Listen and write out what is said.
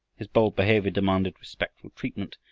his bold behavior demanded respectful treatment,